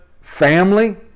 family